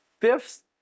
fifth